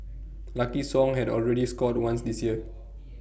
lucky song had already scored once this year